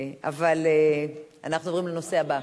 אבל אנחנו עוברים לנושא הבא.